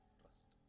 trust